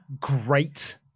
great